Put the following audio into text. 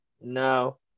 No